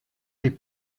les